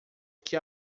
que